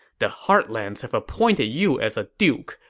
the heartlands have appointed you as a duke.